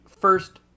first